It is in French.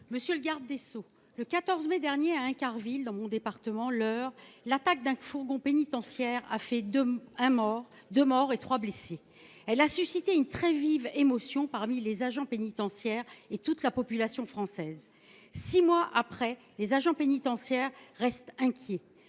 ministre de la justice. Le 14 mai dernier, à Incarville, dans le département dont je suis élue, l’Eure, l’attaque d’un fourgon pénitentiaire a fait deux morts et trois blessés. Elle a suscité une très vive émotion parmi les agents pénitentiaires et toute la population française. Six mois après, les agents pénitentiaires restent inquiets.